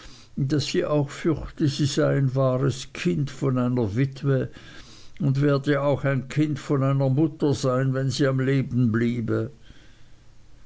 daß sie auch fürchte sie sei ein wahres kind von einer witwe und werde auch ein kind von einer mutter sein wenn sie am leben bliebe